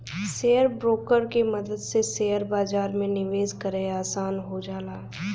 share broker के मदद से शेयर बाजार में निवेश करे आसान हो जाला